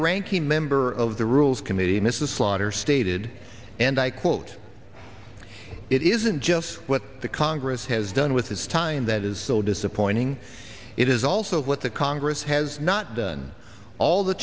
ranking member of the rules committee mrs slaughter stated and i quote it isn't just what the congress has done with its time that is so disappointing it is also what the congress has not done all the